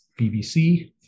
BBC